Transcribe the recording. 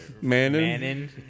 Manning